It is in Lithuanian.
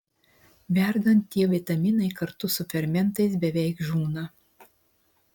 verdant tie vitaminai kartu su fermentais beveik žūna